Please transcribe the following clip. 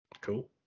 Cool